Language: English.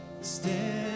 stand